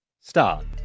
Start